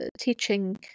teaching